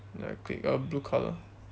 ya click uh blue colour